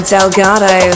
Delgado